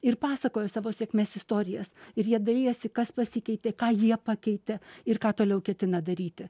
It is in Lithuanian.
ir pasakoja savo sėkmės istorijas ir jie dalijasi kas pasikeitė ką jie pakeitė ir ką toliau ketina daryti